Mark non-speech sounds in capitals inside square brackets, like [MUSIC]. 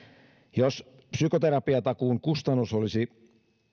psykoterapiatakuun kustannus olisi [UNINTELLIGIBLE]